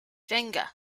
venga